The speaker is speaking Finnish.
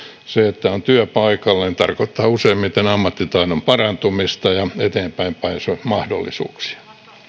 se että on työpaikalla tarkoittaa useimmiten ammattitaidon parantumista ja eteenpäinpääsyn mahdollisuuksia